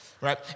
right